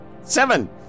Seven